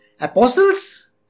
apostles